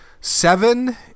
seven